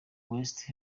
west